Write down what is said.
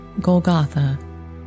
Golgotha